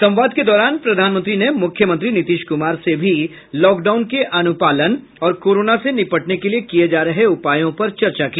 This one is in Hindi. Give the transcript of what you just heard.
संवाद के दौरान प्रधानमंत्री ने मूख्यमंत्री नीतीश कुमार से भी लॉकडाउन के अनुपालन और कोरोना से निपटने के लिये किये जा रहे उपायों पर चर्चा की